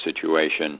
situation